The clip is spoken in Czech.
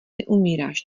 neumíráš